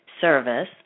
service